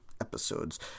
episodes